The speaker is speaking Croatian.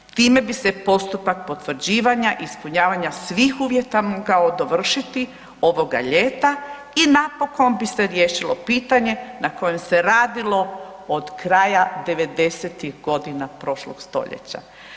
Time bi se postupak potvrđivanja i ispunjavanja svih uvjeta mogao dovršiti ovoga ljeta i napokon bi se riješilo pitanje na kojem se radilo od kraja 90-ih prošlog stoljeća.